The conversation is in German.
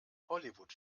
hollywood